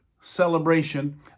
celebration